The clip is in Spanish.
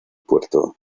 puerto